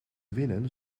winnen